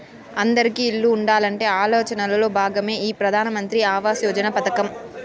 అందిరికీ ఇల్లు ఉండాలనే ఆలోచనలో భాగమే ఈ ప్రధాన్ మంత్రి ఆవాస్ యోజన పథకం